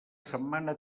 setmana